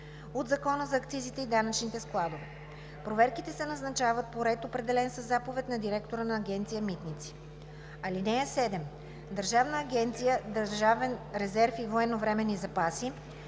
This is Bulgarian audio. от Закона за акцизите и данъчните складове. Проверките се назначават по ред, определен със заповед на директора на Агенция „Митници“. (7) Държавна агенция „Държавен резерв и военновременни запаси“